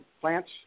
plants